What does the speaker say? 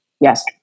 Yes